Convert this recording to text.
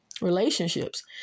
relationships